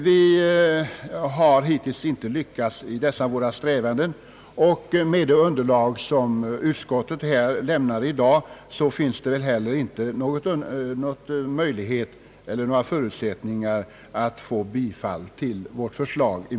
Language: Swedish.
Vi har hittills inte lyckats i dessa våra strävanden, och med det underlag som utskottet i dag lämnar finns det heller knappast några förutsättningar att vinna bifall till motionsförslaget.